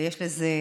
ויש בזה